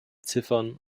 ziffern